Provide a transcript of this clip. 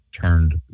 turned